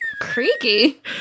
Creaky